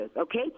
okay